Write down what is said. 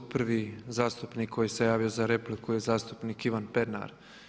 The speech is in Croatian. Prvi zastupnik koji se javio za repliku je zastupnik Ivan Pernar.